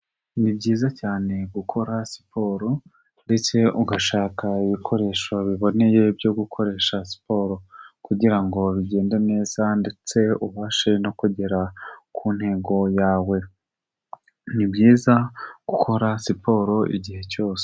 Ni byiza cyane gukora siporo ndetse ugashaka ibikoresho biboneye byo gukoresha siporo kugira ngo bigende neza ndetse ubashe no kugera ku ntego yawe. Ni byiza gukora siporo igihe cyose.